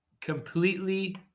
completely